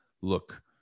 look